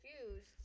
confused